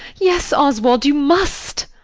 yes, oswald, you must!